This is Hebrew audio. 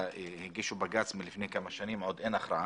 הגישו בג"צ לפני כמה שנים ועוד אין הכרעה.